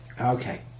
Okay